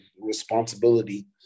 responsibility